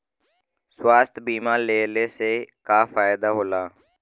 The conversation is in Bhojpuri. स्वास्थ्य बीमा लेहले से का फायदा होला?